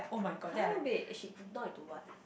!huh! wait she knock into what